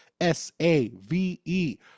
s-a-v-e